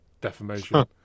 defamation